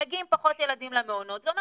מגיעים פחות ילדים למעונות זה אומר